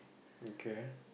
okay